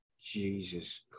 Jesus